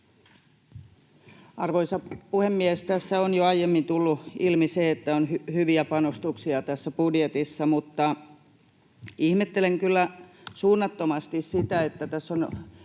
Arvoisa puhemies! Tässä on jo aiemmin tullut ilmi se, että on hyviä panostuksia tässä budjetissa, mutta ihmettelen kyllä suunnattomasti sitä, että tässä on